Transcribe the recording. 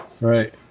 right